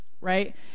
right